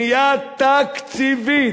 בנייה תקציבית.